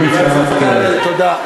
חבר הכנסת כבל, תודה.